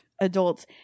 adults